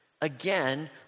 again